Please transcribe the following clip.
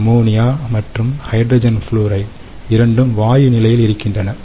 ammonia மற்றும் hydrogen fluoride இரண்டும் வாயு நிலையில் இருக்கின்றன